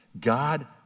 God